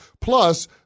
plus